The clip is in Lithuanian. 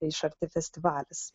iš arti festivalis